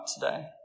today